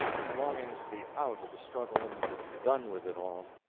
and longings to be out of the struggle and done with it all.